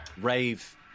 Rave